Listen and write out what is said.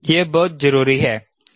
यह बहुत जरूरी है